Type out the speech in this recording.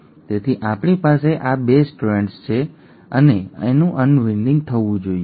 તેથી આપણી પાસે આ ૨ સ્ટ્રેન્ડ્સ છે અને અનવિન્ડિંગ થવું જ જોઇએ